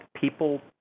people